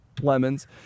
Lemons